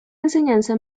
enseñanza